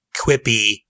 quippy